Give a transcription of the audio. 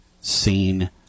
seen